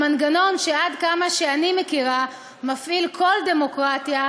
המנגנון שעד כמה שאני מכירה מפעיל כל דמוקרטיה,